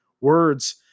words